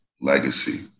legacy